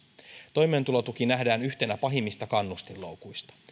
toimeentulotuki nähdään yhtenä pahimmista kannustinloukuista